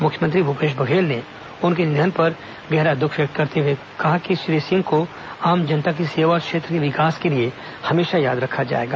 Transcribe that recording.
मुख्यमंत्री भूपेश बघेल ने उनके निधन पर दुख व्यक्त करते हुए कहा कि श्री सिंह को आम जनता की सेवा और क्षेत्र के विकास के लिए हमेशा याद रखा जाएगा